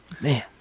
Man